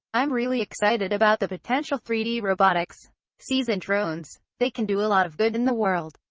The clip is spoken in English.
i'm really excited about the potential three d robotics sees in drones. they can do lot of good in the world,